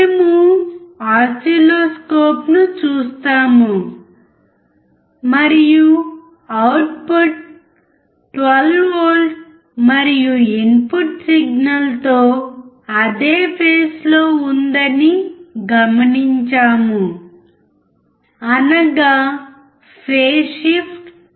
మేము ఓసిల్లోస్కోప్ను చూస్తాము మరియు అవుట్పుట్ 12V మరియు ఇన్పుట్ సిగ్నల్తో అదే ఫేస్ లో ఉందని గమనించాము అనగా ఫేస్ షిఫ్ట్ 0